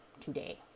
today